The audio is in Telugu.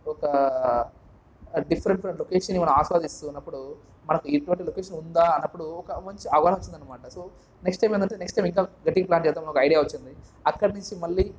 ఒకా డిఫరెంట్ లొకేషన్కి మనం ఆస్వాదిస్తూ ఉన్నప్పుడు మనకి ఇటువంటి లొకేషన్ ఉందా అన్నప్పుడు ఒక మంచి అవగాహన వచ్చిందనమాట సో నెక్స్ట్ టైమ్ నేను నెక్స్ట్ ఇంకా గట్టిగా ప్ల్యాన్ చేద్దాం అని ఒక ఐడియా వచ్చింది అక్కడనుంచి మళ్ళి